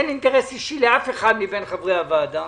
אין אינטרס אישי לאף אחד מחברי הוועדה.